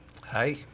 Hi